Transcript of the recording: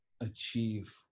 achieve